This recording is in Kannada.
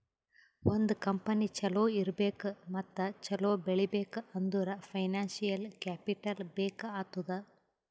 ಒಂದ್ ಕಂಪನಿ ಛಲೋ ಇರ್ಬೇಕ್ ಮತ್ತ ಛಲೋ ಬೆಳೀಬೇಕ್ ಅಂದುರ್ ಫೈನಾನ್ಸಿಯಲ್ ಕ್ಯಾಪಿಟಲ್ ಬೇಕ್ ಆತ್ತುದ್